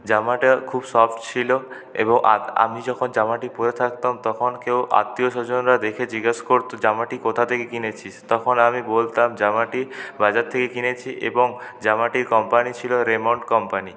জামাটা খুব সফট ছিল এবং আমি যখন জামাটি পরে থাকতাম তখন কেউ আত্মীয় স্বজনরা দেখে জিজ্ঞেস করতো জামাটি কোথা থেকে কিনেছিস তখন আমি বলতাম জামাটি বাজার থেকে কিনেছি এবং জামাটির কম্পানি ছিল রেমন্ড কম্পানি